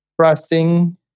trusting